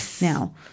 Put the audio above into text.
now